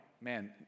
Man